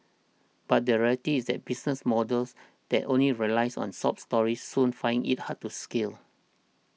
but the reality is that business models that only relys on sob stories soon find it hard to scale